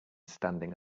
standing